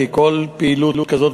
כי כל פעילות כזאת,